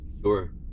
Sure